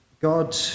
God